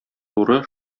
туры